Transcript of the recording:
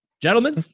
Gentlemen